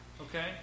Okay